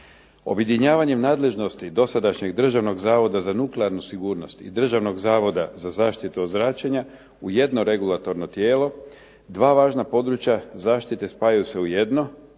Objedinjavanjem nadležnosti dosadašnjeg Državnog zavoda za nuklearnu sigurnost i Državnog zavoda za zaštitu od zračenja u jedno regulatorno tijelo, dva važna područja zaštite spajaju se u jedno.